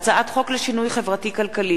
לקריאה ראשונה,